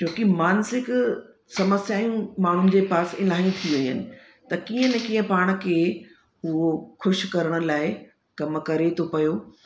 जोकी मानसिक समस्याऊं माण्हुनि जे पास इलाही थी वियूं आहिनि त कीअं न कीअं पाण खे उहो ख़ुशि करण लाइ कमु करे थो पियो